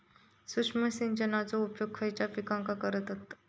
सूक्ष्म सिंचनाचो उपयोग खयच्या पिकांका करतत?